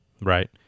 right